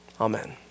amen